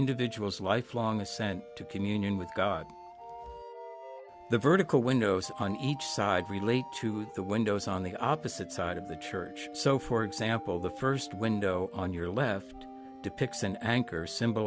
individual's lifelong assent to communion with god the vertical windows on each side relate to the windows on the opposite side of the church so for example the first window on your left depicts an anchor s